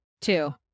two